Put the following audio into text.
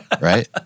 right